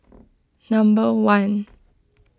number one